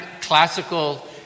classical